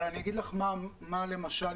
אבל למשל,